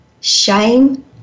shame